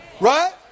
Right